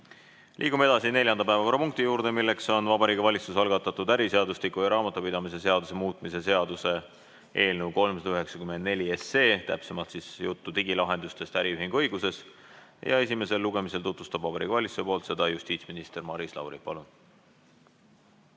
Liigume edasi neljanda päevakorrapunkti juurde. Vabariigi Valitsuse algatatud äriseadustiku ja raamatupidamise seaduse muutmise seaduse eelnõu 394, täpsemalt on siin juttu digilahendustest äriühinguõiguses. Esimesel lugemisel tutvustab Vabariigi Valitsuse poolt seda justiitsminister Maris Lauri. Palun!